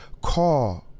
call